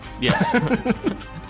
Yes